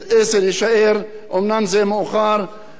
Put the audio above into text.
יש לנו עוד עשרה ימים עד שייסגר,